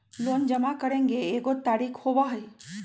Loan जमा करेंगे एगो तारीक होबहई?